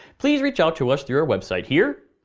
please reach out to us through our website here,